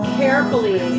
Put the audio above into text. carefully